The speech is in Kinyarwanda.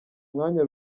mwanya